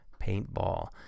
Paintball